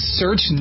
search